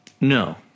No